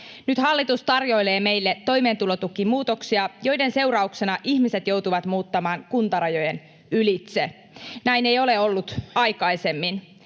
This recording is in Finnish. Nyt hallitus tarjoilee meille toimeentulotukimuutoksia, joiden seurauksena ihmiset joutuvat muuttamaan kuntarajojen ylitse. Näin ei ole ollut aikaisemmin.